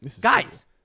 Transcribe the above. guys